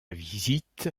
visite